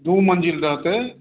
दुमंजिल रहतै